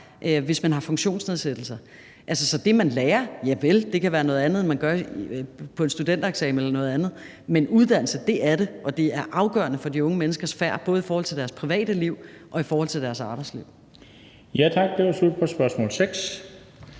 hvis man har funktionsnedsættelser. Så det, man lærer, javel, det kan være noget andet end det, man lærer i forbindelse med en studentereksamen eller noget andet, men uddannelse er det, og det er afgørende for de unge menneskers færd, både i forhold til deres private liv og i forhold til deres arbejdsliv. Kl. 15:47 Den fg.